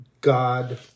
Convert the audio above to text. God